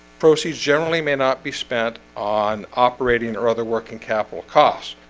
proceeds generally may not be spent on operating or other working capital cost.